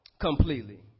completely